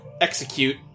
Execute